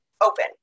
open